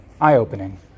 eye-opening